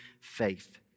faith